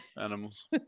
animals